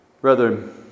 Brethren